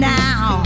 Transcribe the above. now